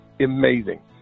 amazing